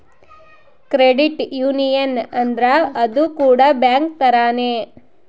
credit union ಅಂದ್ರ ಅದು ಕೂಡ ಬ್ಯಾಂಕ್ ತರಾನೇ